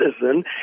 citizen